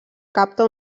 capta